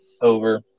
over